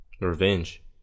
Revenge